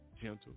gentle